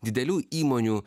didelių įmonių